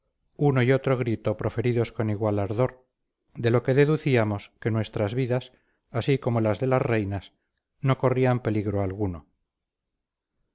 uno y otro grito proferidos con igual ardor de lo que deducíamos que nuestras vidas así como las de las reinas no corrían peligro alguno